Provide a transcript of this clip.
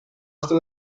vastu